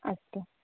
अस्तु